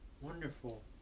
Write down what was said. Wonderful